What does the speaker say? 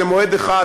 זה מועד אחד,